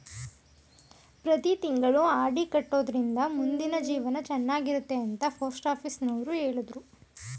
ಪ್ರತಿ ತಿಂಗಳು ಆರ್.ಡಿ ಕಟ್ಟೊಡ್ರಿಂದ ಮುಂದಿನ ಜೀವನ ಚನ್ನಾಗಿರುತ್ತೆ ಅಂತ ಪೋಸ್ಟಾಫೀಸುನವ್ರು ಹೇಳಿದ್ರು